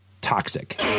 Toxic